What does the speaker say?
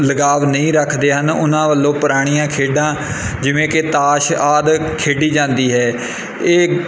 ਲਗਾਵ ਨਹੀਂ ਰੱਖਦੇ ਹਨ ਉਹਨਾਂ ਵੱਲੋਂ ਪੁਰਾਣੀਆਂ ਖੇਡਾਂ ਜਿਵੇਂ ਕਿ ਤਾਸ਼ ਆਦਿ ਖੇਡੀ ਜਾਂਦੀ ਹੈ ਇਹ